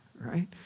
right